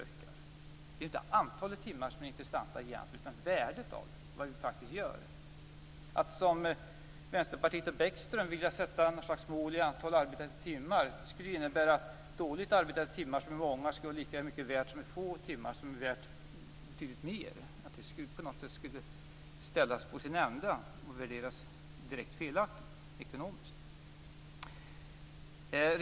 Det är egentligen inte antalet timmar som är det intressanta utan värdet av vad man faktiskt gör. Att som Vänsterpartiet och Bäckström vilja sätta något slags mål i antal arbetade timmar skulle innebära att många timmar med dåligt utfört arbete skulle vara lika mycket värda som få timmar som är betydligt bättre utförda. Det skulle på något sätt ställas på sin ände och värderas direkt ekonomiskt felaktigt.